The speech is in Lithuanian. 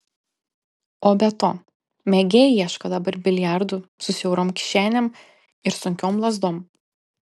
o be to mėgėjai ieško dabar biliardų su siaurom kišenėm ir sunkiom lazdom